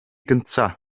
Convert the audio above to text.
gyntaf